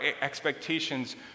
expectations